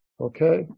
Okay